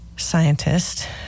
Scientist